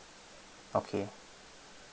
okay